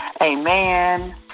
Amen